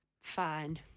fine